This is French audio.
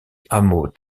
hameau